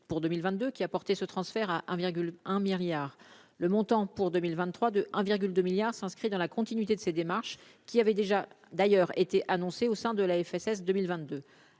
pour 2022, qui a porté ce transfert à 1 virgule 1 Myriam le montant pour 2023 de virgule 2 milliards s'inscrit dans la continuité de ses démarches qui avait déjà d'ailleurs été annoncé au sein de la FSS 2022,